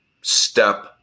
step